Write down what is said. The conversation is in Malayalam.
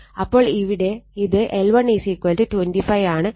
അപ്പോൾ ഇവിടെ ഇത് L125 ആണ് 2